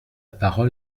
parole